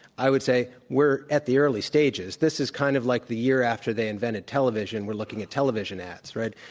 i would say we're at the early stages. this is kind of like the year after they invented television, we're looking at television ads, right?